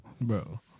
Bro